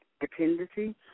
dependency